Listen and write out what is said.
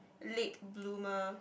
late bloomer